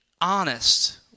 honest